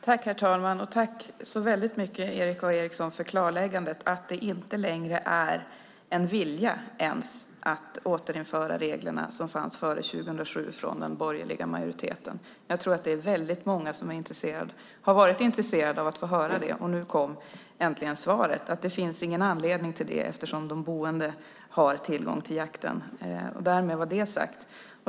Herr talman! Tack så väldigt mycket, Erik A Eriksson, för klarläggandet att det inte längre ens är en vilja från den borgerliga majoriteten att återinföra de regler som fanns före 2007! Jag tror att det är väldigt många som har varit intresserade av att få höra det, och nu kom äntligen svaret: Det finns ingen anledning att göra det eftersom de boende har tillgång till jakten. Därmed var det sagt.